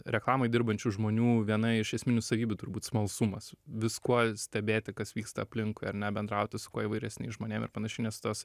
reklamoj dirbančių žmonių viena iš esminių savybių turbūt smalsumas viskuo stebėti kas vyksta aplinkui ar ne bendrauti su kuo įvairesniais žmonėm ir panašiai nes tas